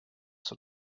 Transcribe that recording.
zur